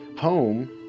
home